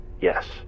yes